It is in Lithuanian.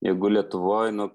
jeigu lietuvoj nuo